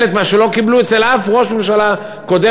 את מה שלא קיבלו אצל אף ראש ממשלה קודם,